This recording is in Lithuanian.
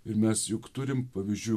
ir mes juk turim pavyzdžių